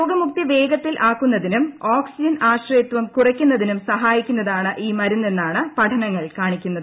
രോഗ്മുക്തി വേഗത്തിൽ ആക്കുന്നതിനും ആശ്രയത്വം ഓക്സിജൻ കുറയ്ക്കുന്നതിനും സഹായിക്കുന്നതാണ് ഈ മരുന്ന് എന്നാണ് പഠനങ്ങൾ കാണിക്കുന്നത്